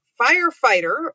Firefighter